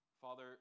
Father